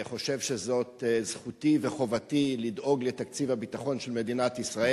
חושבים שזו זכותם וחובתם לדאוג לתקציב הביטחון של מדינת ישראל.